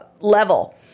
level